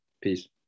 Peace